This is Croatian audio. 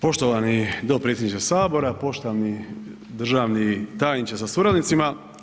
Poštovani dopredsjedniče Sabora, poštovani državni tajniče sa suradnicima.